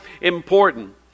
important